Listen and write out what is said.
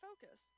focus